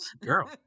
girl